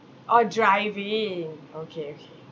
orh driving okay okay